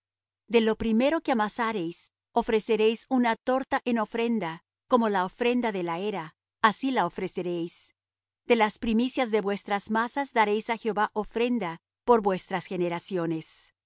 de lo primero que amasareis ofreceréis una torta en ofrenda como la ofrenda de la era así la ofreceréis de las primicias de vuestras masas daréis á jehová ofrenda por vuestras generaciones